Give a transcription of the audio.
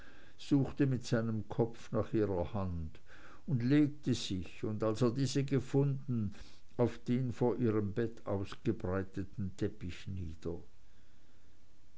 suchte mit seinem kopf nach ihrer hand und legte sich als er diese gefunden auf den vor ihrem bett ausgebreiteten teppich nieder